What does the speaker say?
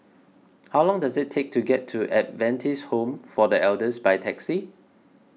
how long does it take to get to Adventist Home for the Elders by taxi